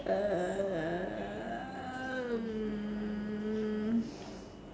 um